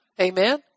Amen